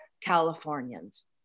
Californians